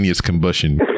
combustion